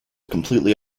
completely